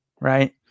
right